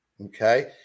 Okay